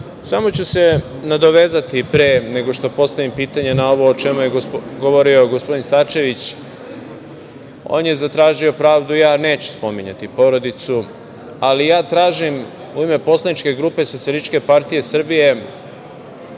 samo ću se nadovezati, pre nego što postavim pitanje, na ovo o čemu je govorio gospodin Starčević. On je zatražio pravdu. Ja neću spominjati porodicu, ali ja tražim u ime poslaničke grupe SPS pravdu za građane Srbije.